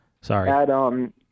Sorry